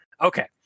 Okay